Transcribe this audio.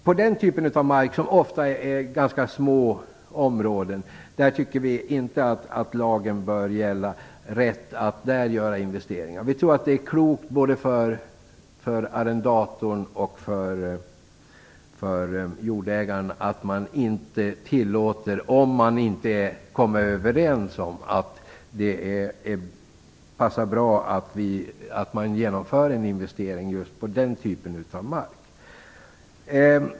På den typen av mark, som ofta är ganska små områden, tycker vi inte att lagen om rätt att göra investeringar bör gälla. Vi tror att det är klokt både för arrendatorn och för jordägaren att man inte tillåter detta, om man inte kommer överens om att det passar bra att genomföra en investering just på den typen av mark.